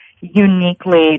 uniquely